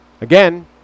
Again